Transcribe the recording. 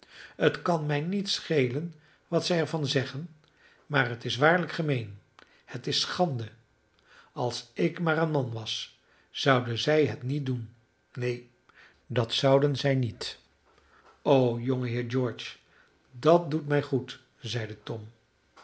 het kan mij niet schelen wat zij er van zeggen maar het is waarlijk gemeen het is schande als ik maar een man was zouden zij het niet doen neen dat zouden zij niet o jongeheer george dat doet mij goed zeide tom